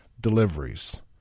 Deliveries